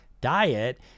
diet